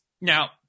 now